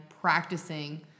practicing